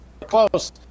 close